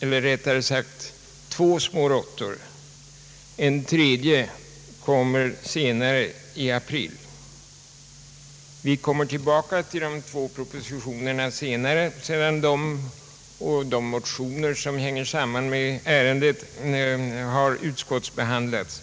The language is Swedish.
eller rättare sagt två små råttor — en tredje kommer senare, i april. De två propositionerna återkommer till kammaren sedan de och motionerna i ärendet har utskottsbehandlats.